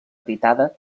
editada